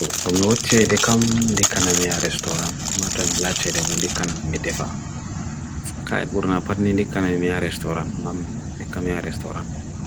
ʻOm ʻOtche ʻEdeekam ʻDeekam ʻEmea Restaurant ʻMʻAto ʻElaʻtʻEdeekam ʻMedefa ʻKaibur ʻNaparni ʻDeekam ʻEmea Restaurant ʻOm ʻDeekam ʻEmea Restaurant ʻ.